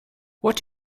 what